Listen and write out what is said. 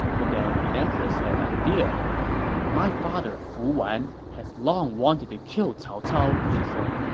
but then the empress had an idea my father fu wan has long wanted to kill cao cao, she said.